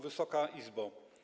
Wysoka Izbo!